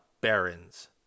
barons